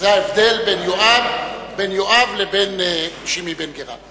זה ההבדל בין יואב לבין שמעי בן גרא.